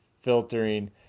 filtering